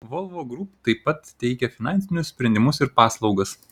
volvo group taip pat teikia finansinius sprendimus ir paslaugas